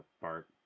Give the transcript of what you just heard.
Bart